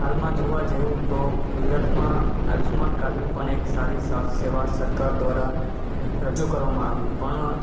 હાલમાં જોવા જેવું તો ગુજરાતમાં આયુષ્યમાન કાર્ડની પણ એક સારી સ્વાસ્થ્ય સેવા સરકાર દ્વારા રજૂ કરવામાં આવી પણ